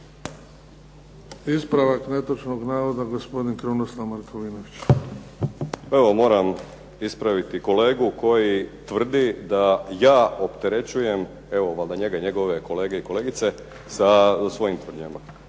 Ispravak netočnog navoda, gospodin Krunoslav Markovinović. **Markovinović, Krunoslav (HDZ)** Evo moram ispraviti kolegu koji tvrdi da ja opterećujem, evo valjda njega i njegove kolege i kolegice, sa svojim tvrdnjama.